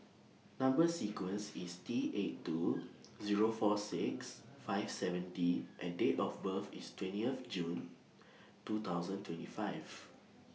Number sequence IS T eight two Zero four six five seven D and Date of birth IS twentieth June two thousand twenty five